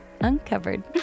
uncovered